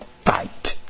Fight